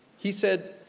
he said,